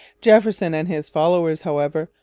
jefferson and his followers, however,